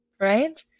right